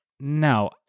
no